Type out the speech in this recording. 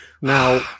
now